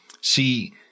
See